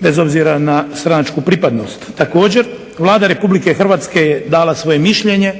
bez obzira na stranačku pripadnost. Također Vlada Republike Hrvatske je dala svoje mišljenje